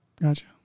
Gotcha